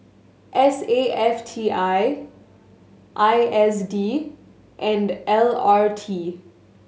S A F T I I S D and L R T